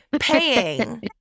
paying